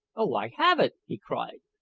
oh, i have it! he cried,